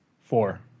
Four